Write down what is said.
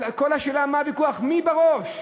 כל השאלה, מה הוויכוח, מי בראש,